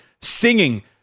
singing